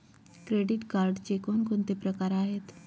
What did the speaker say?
Credit कार्डचे कोणकोणते प्रकार आहेत?